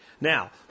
Now